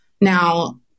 Now